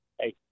Hey